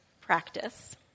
practice